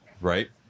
right